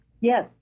Yes